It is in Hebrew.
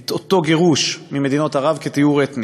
את אותו גירוש ממדינות ערב, טיהור אתני,